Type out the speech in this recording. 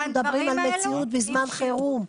אנחנו מדברים על מציאות בזמן חירום.